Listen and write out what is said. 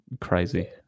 crazy